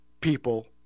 people